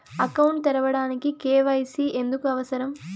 Account తెరవడానికి, KYC ఎందుకు అవసరం?